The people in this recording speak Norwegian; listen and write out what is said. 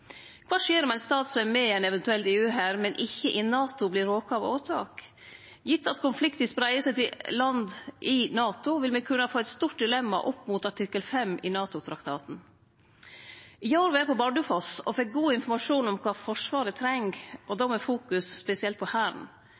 Kva skjer om ein stat som er med i ein eventuell EU-hær, men ikkje i NATO, vert råka av åtak? Gitt at konflikten spreier seg til land i NATO, vil me kunne få eit stort dilemma opp mot artikkel 5 i NATO-traktaten. I går var eg på Bardufoss og fekk god informasjon om kva Forsvaret treng, då med fokus spesielt på Hæren.